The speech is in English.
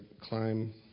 climb